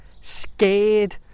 scared